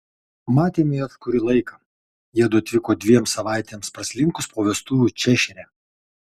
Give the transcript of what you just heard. matėme juos kurį laiką jiedu atvyko dviem savaitėms praslinkus po vestuvių češyre